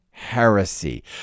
Heresy